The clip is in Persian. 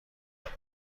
برام